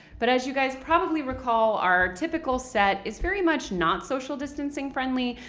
but as you guys probably recall, our typical set is very much not social distancing-friendly,